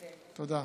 תודה.